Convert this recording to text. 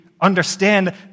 understand